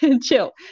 chill